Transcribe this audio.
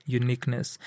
uniqueness